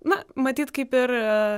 na matyt kaip ir